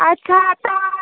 अच्छा तां